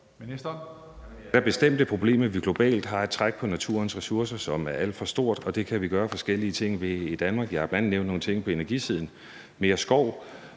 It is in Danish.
det er et problem, at vi globalt har et træk på naturens ressourcer, som er alt for stort, og det kan vi gøre forskellige ting ved i Danmark. Jeg har bl.a. nævnt nogle ting på energisiden, mere skov,